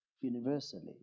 universally